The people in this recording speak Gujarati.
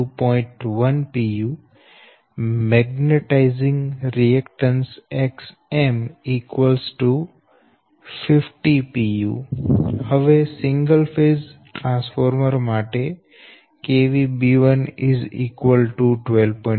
10 pu magnetising reactance Xm 50 pu હવે સિંગલ ફેઝ ટ્રાન્સફોર્મર માટે B1 12